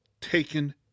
taken